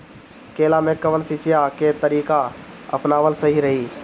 केला में कवन सिचीया के तरिका अपनावल सही रही?